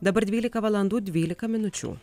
dabar dvylika valandų dvylika minučių